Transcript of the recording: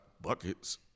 Buckets